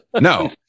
no